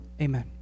Amen